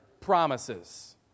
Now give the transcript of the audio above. promises